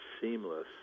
seamless